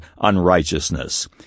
unrighteousness